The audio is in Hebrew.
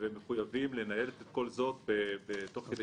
אנחנו מחויבים לנהל כל זאת תוך כדי